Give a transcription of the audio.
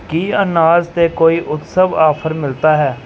ਕੀ ਅਨਾਜ਼ 'ਤੇ ਕੋਈ ਉਤਸਵ ਆਫ਼ਰ ਮਿਲਦਾ ਹੈ